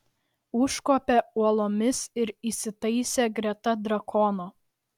užkopė uolomis ir įsitaisė greta drakono